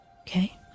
Okay